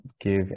give